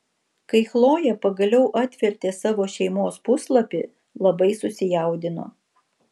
kai chlojė pagaliau atvertė savo šeimos puslapį labai susijaudino